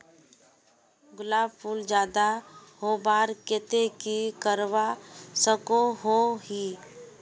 गुलाब फूल ज्यादा होबार केते की करवा सकोहो ही?